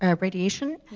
ah radiation,